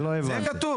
לא הבנתי.